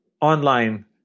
online